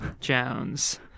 Jones